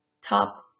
Top